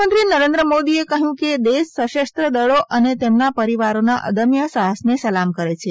પ્રધાનમંત્રી નરેન્દ્ર મોદીએ કહયું કે દેશ સશસ્ત્ર દળો અને તેમના પરીવારોના અદમ્ય સાહસને સલામ કરે છે